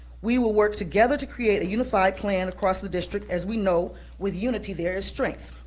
we will work together to create a unified plan across the district, as we know with unity, there is strength.